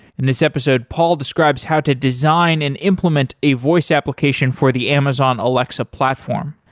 in this episode, paul describes how to design and implement a voice application for the amazon alexa platform.